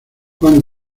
juan